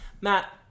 Matt